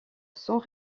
sans